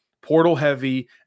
portal-heavy